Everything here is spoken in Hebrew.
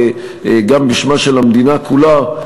גם בשמה של המדינה כולה,